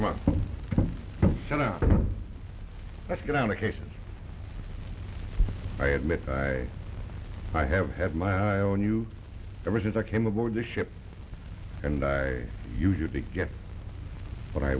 him let's get on the case and i admit i i have had my eye on you ever since i came aboard the ship and i usually get what i